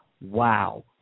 wow